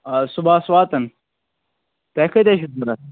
آ صُبَحس واتَن تۄہہِ کۭتیٛاہ چھُ ضروٗرت